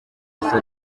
gusa